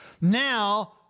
now